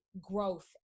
growth